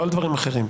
לא על דברים אחרים.